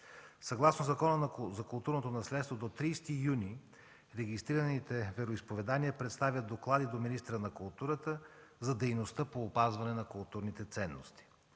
Съгласно Закона за културното наследство до 30 юни регистрираните вероизповедания представят доклади до министъра на културата за дейността по опазване на културните ценности.